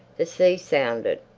the sea sounded.